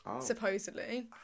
Supposedly